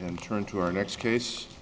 and turn to our next case